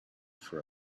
for